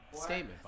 statement